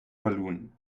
balloon